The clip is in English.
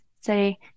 say